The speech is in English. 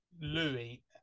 Louis